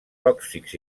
tòxics